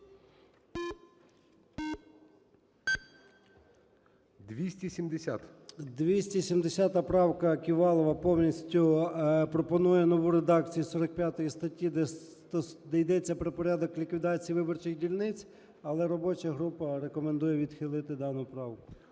О.М. 270 правка Ківалова повністю пропонує нову редакцію 45 статті, де йдеться про порядок ліквідації виборчих дільниць. Але робоча група рекомендує відхилити дану правку.